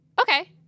Okay